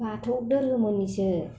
बाथौ धोरोमनिसो